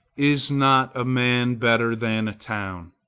is not a man better than a town?